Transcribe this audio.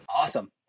Awesome